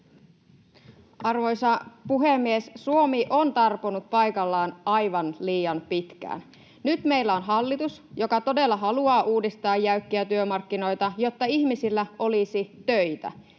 Arvoisa puhemies! Suomi on tarponut paikallaan aivan liian pitkään. Nyt meillä on hallitus, joka todella haluaa uudistaa jäykkiä työmarkkinoita, jotta ihmisillä olisi töitä,